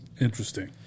Interesting